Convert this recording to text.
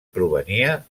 provenia